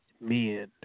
men